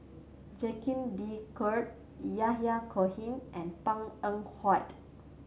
Jacques De Coutre Yahya Cohen and Png Eng Huat